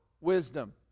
wisdom